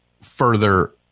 further